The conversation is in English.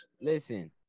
Listen